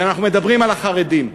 ואנחנו מדברים על החרדים,